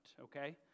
okay